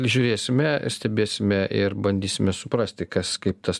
žiūrėsime stebėsime ir bandysime suprasti kas kaip tas